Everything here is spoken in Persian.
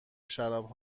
شراب